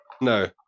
no